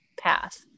path